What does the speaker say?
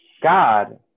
God